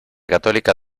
católica